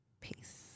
peace